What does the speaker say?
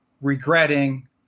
regretting